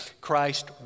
Christ